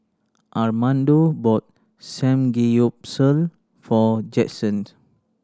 Armando bought Samgeyopsal for Jaxson